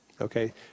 Okay